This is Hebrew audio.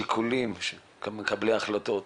בשיקולים של מקבלי ההחלטות.